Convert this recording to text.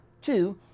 Two